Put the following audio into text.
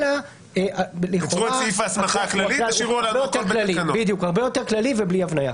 אלא לכאורה הוא הרבה יותר כללי ובלי הבניה.